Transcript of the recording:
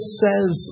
says